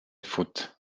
foot